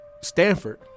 Stanford